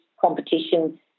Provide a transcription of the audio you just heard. competition